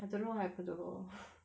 I don't know what happened to her